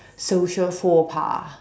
social phobia